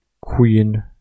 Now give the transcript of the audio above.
Queen